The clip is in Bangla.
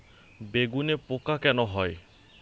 বেগুনে পোকা কেন হয়?